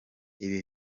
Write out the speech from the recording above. ibi